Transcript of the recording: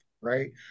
right